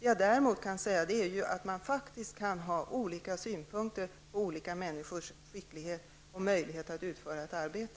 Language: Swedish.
Men man kan faktiskt ha olika synpunkter på människors skicklighet och möjlighet att utföra ett arbete.